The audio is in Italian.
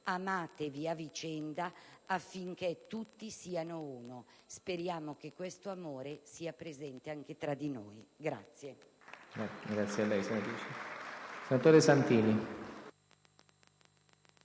amatevi a vicenda, affinché tutti siano uno». Speriamo che questo amore sia presente anche tra di noi. Ribadisco